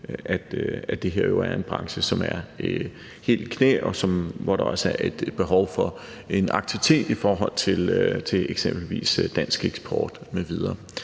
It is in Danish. at det her jo er en branche, som er helt i knæ, og hvor der også er behov for en aktivitet i forhold til eksempelvis dansk eksport m.v.